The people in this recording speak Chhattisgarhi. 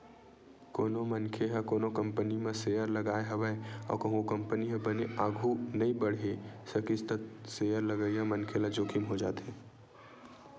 कोनो मनखे ह कोनो कंपनी म सेयर लगाय हवय अउ कहूँ ओ कंपनी ह बने आघु नइ बड़हे सकिस त सेयर लगइया मनखे ल जोखिम हो जाथे